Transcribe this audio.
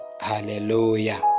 hallelujah